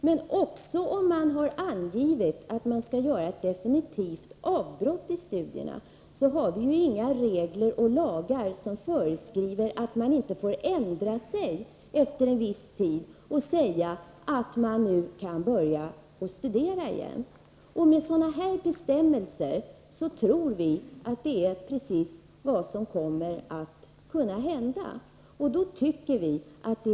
Men också om man har angivit att man skall göra ett definitivt avbrott i studierna, så finns det ju inga regler eller lagar som föreskriver att man inte får ändra sig efter en viss tid och börja studera igen. Vi tror att det är precis vad som kommer att kunna hända, om sådana här bestämmelser tillämpas.